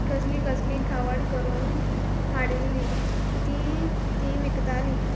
कसली कसली खावड करून हाडिल्ली तीं ती विकतालीं